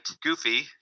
Goofy